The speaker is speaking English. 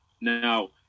Now